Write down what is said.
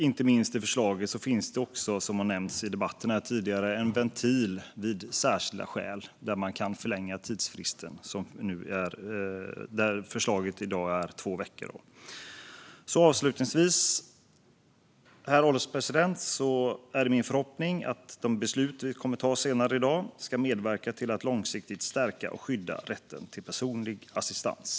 Inte minst finns det i förslaget, vilket har nämnts tidigare i debatten, en ventil vid särskilda skäl så att man kan förlänga tidsfristen, där förslaget i dag är två veckor. Avslutningsvis, herr ålderspresident, är det min förhoppning att de beslut vi kommer att fatta senare i dag ska medverka till att långsiktigt stärka och skydda rätten till personlig assistans.